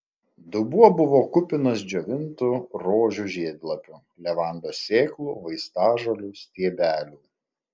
dubuo buvo kupinas džiovintų rožių žiedlapių levandos sėklų vaistažolių stiebelių